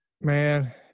Man